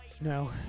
no